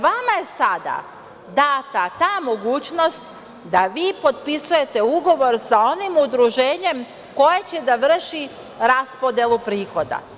Vama je sada data ta mogućnost da vi potpisujete ugovor sa onim udruženjem koje će da vrši raspodelu prihoda.